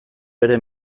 bere